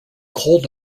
cold